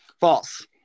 False